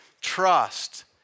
trust